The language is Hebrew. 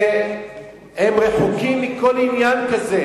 שהם רחוקים מכל עניין כזה.